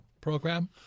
program